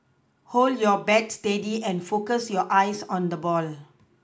hold your bat steady and focus your eyes on the ball